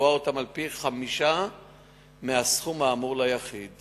ולקבוע אותם על פי-חמישה מהסכום האמור ליחיד